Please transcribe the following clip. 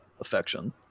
affection